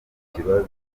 kibazo